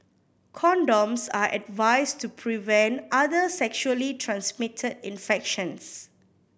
condoms are advised to prevent other sexually transmitted infections